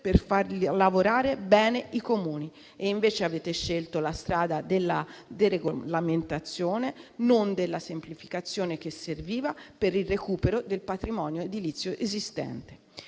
per far lavorare bene i Comuni. Invece, avete scelto la strada della deregolamentazione, non della semplificazione, che serviva per il recupero del patrimonio edilizio esistente.